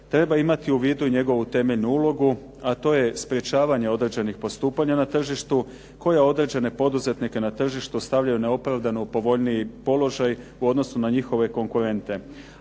treba imati u vidu i njegovu temeljnu ulogu a to je sprječavanje određenih postupanja na tržištu koja određene poduzetnike na tržištu stavlja u neopravdano povoljniji položaj u odnosu na njihove konkurente.